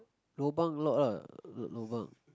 lobang a lot ah lobang